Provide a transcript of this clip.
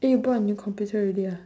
eh you bought a new computer already ah